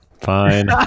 fine